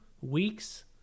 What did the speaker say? weeks